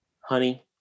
Honey